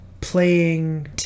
playing